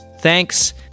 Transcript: Thanks